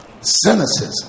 Cynicism